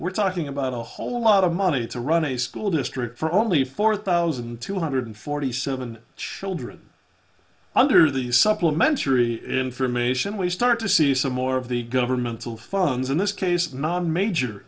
we're talking about a whole lot of money to run a school district for only four thousand two hundred forty seven children under the supplementary information we start to see some more of the governmental funds in this case non major